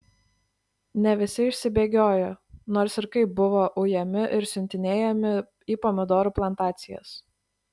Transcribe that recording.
ne visi išsibėgiojo nors ir kaip buvo ujami ir siuntinėjami į pomidorų plantacijas